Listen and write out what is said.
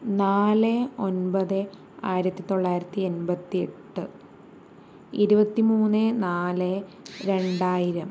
നാല് ഒൻപത് ആയിരത്തി തൊള്ളായിരത്തി എൺപത്തി എട്ട് ഇരുപത്തി മൂന്ന് നാല് രണ്ടായിരം